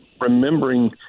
remembering